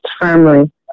firmly